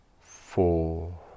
four